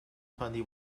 twenty